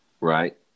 right